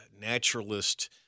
naturalist